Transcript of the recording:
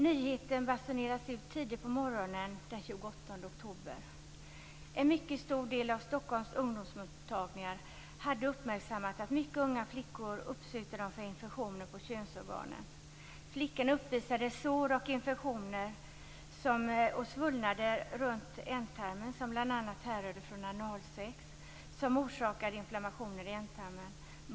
Nyheten basunerades ut tidigt på morgonen den 28 oktober: En mycket stor del av Stockholms ungdomsmottagningar hade uppmärksammat att mycket unga flickor uppsökte dem för infektioner på könsorganen. Flickorna uppvisade sår, infektioner och svullnader runt ändtarmen, som bl.a. härrörde från analsex, som orsakade inflammationer i ändtarmen.